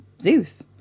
Zeus